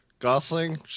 Gosling